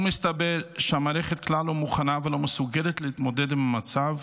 מסתבר שהמערכת כלל לא מוכנה ולא מסוגלת להתמודד עם המצב.